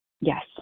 Yes